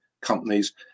companies